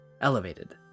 elevated